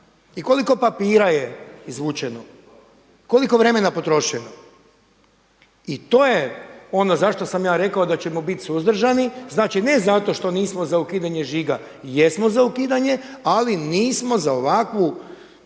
i koliko papira je izvučeno, koliko vremena potrošeno. I to je ono zašto sam ja rekao da ćemo biti suzdržani, znači ne zato što nismo za ukidanje žiga, jesmo za ukidanje, ali nismo za ovakvu